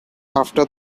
after